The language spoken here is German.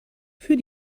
für